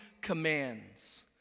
commands